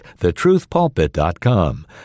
thetruthpulpit.com